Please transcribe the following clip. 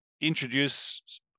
introduce